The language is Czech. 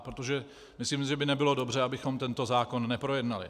Protože myslím si, že by nebylo dobře, abychom tento zákon neprojednali.